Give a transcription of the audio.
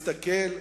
סעיפים.